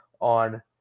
on